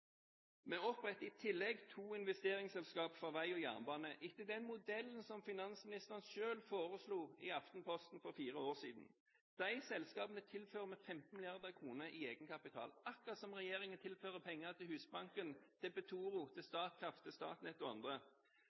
Vi oppretter i tillegg to investeringsselskaper for vei og jernbane etter den modellen som finansministeren selv foreslo i Aftenposten for fire år siden. De selskapene tilfører vi 15 mrd. kr i egenkapital, akkurat som regjeringen tilfører penger til Husbanken, til Petoro, til Statkraft, til Statnett og andre.